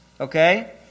Okay